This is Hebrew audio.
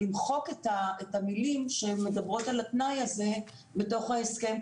למחוק את המילים שמדברות על התנאי הזה בתוך ההסכם,